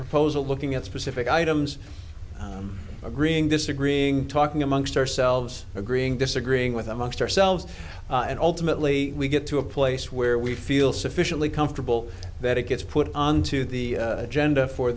proposal looking at specific items agreeing disagreeing talking amongst ourselves agreeing disagreeing with amongst ourselves and ultimately we get to a place where we feel sufficiently comfortable that it gets put onto the agenda for